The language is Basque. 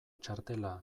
txartela